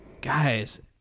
guys